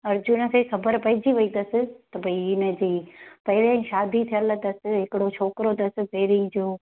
अर्जुन खे ख़बर पइजी वई अथसि त भई हिनजी पहिरियां ई शादी थियल अथसि हिकिड़ो छोकिरो अथसि पहिरीं जो